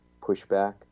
pushback